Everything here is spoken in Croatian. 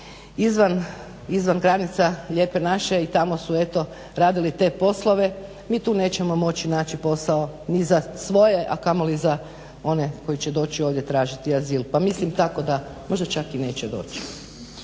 izvan granica Lijepe naše i tamo su eto radili te poslove mi tu nećemo moći naći posao ni za svoje, a kamoli za one koji će doći ovdje tražiti azil. Pa mislim tako da možda čak i neće doći.